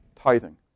tithing